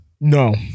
No